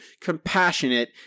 compassionate